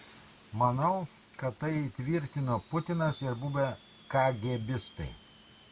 manau kad tai įtvirtino putinas ir buvę kagėbistai